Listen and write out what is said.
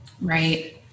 Right